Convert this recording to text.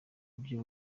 buryo